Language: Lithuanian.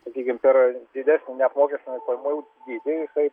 sakykim per didesnį neapmokestinamų pajamų dydį jisai